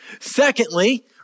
Secondly